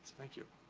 thank you.